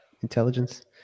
intelligence